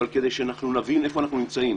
כדי שנבין איפה אנחנו נמצאים